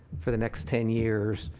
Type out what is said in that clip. for the next ten years,